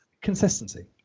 Consistency